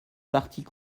parties